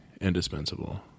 Indispensable